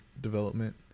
development